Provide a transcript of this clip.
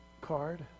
card